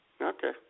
Okay